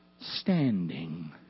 standing